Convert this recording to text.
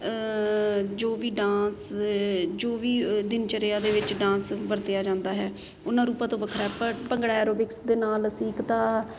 ਜੋ ਵੀ ਡਾਂਸ ਜੋ ਵੀ ਦਿਨ ਚਰਿਆ ਦੇ ਵਿੱਚ ਡਾਂਸ ਵਰਤਿਆ ਜਾਂਦਾ ਹੈ ਉਹਨਾਂ ਰੂਪਾਂ ਤੋਂ ਵੱਖਰਾ ਭੰਗੜਾ ਐਰੋਬਿਕਸ ਦੇ ਨਾਲ ਅਸੀਂ ਇੱਕ ਤਾਂ